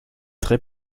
très